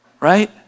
Right